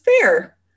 fair